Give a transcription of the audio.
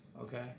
okay